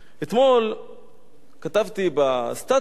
אתמול כתבתי בסטטוס,